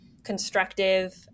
constructive